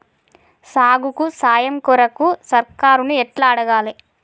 సాగుకు సాయం కొరకు సర్కారుని ఎట్ల అడగాలే?